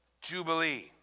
Jubilee